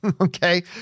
Okay